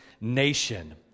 nation